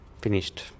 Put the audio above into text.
Finished